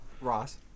Ross